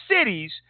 cities